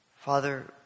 Father